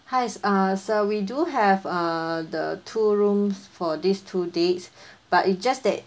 hi err sir we do have err the two rooms for these two dates but it just that